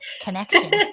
connection